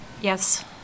Yes